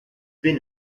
been